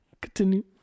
Continue